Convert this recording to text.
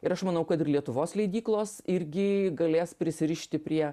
ir aš manau kad ir lietuvos leidyklos irgi galės prisirišti prie